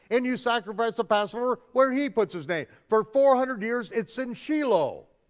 and you sacrifice the passover where he puts his name, for four hundred years it's in shiloh,